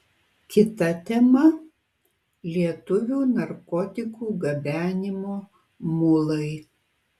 kita tema lietuvių narkotikų gabenimo mulai